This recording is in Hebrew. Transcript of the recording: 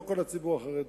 לא כל הציבור החרדי,